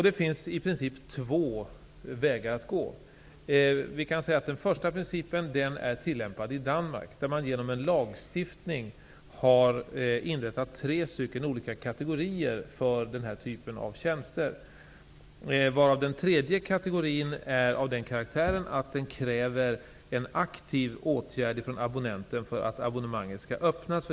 Det finns i princip två vägar att gå. Den första är den som man valt i Danmark. Där har man genom lagstiftning inrättat tre olika kategorier av tjänster. Kategori 3-tjänsterna är av den karaktären att de kräver en aktiv åtgärd från abonnenten för att abonnemangen skall öppnas.